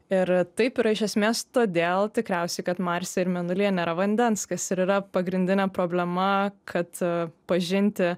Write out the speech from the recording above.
ir taip yra iš esmės todėl tikriausiai kad marse ir mėnulyje nėra vandens kas ir yra pagrindinė problema kad pažinti